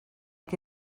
que